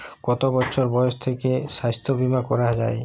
কত বছর বয়স থেকে স্বাস্থ্যবীমা করা য়ায়?